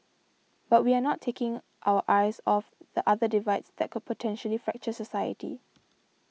but we are not taking our eyes off the other divides that could potentially fracture society